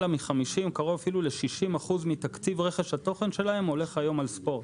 קרוב ל-60% מתקציב רכש התוכן שלהן הולך היום על ספורט.